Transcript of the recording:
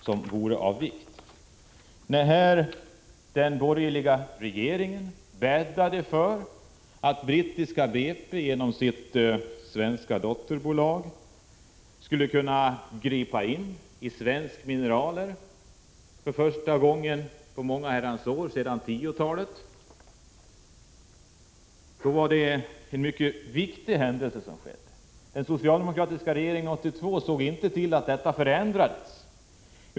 Det var en mycket viktig händelse när den borgerliga regeringen bäddade för att brittiska BP genom sitt svenska dotterbolag skulle kunna gå in i den svenska mineralnäringen för första gången sedan 1910-talet. Den socialdemokratiska regeringen 1982 såg inte till att detta förändrades.